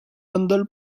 handle